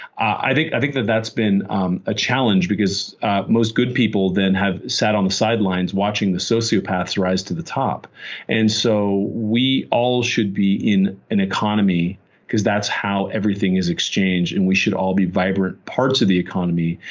i think i think that that's been um a challenge because most good people then have sat on the sidelines watching the sociopaths rise to the top and so we all should be in an economy because that's how everything is exchanged, and we should all be vibrant parts of the economy.